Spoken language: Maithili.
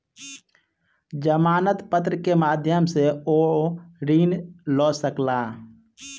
जमानत पत्र के माध्यम सॅ ओ ऋण लय सकला